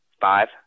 Five